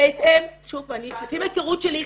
ואחר כך בהתאם --- לפעמים ההיכרות שלי,